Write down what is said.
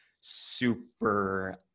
super